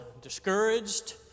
discouraged